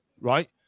right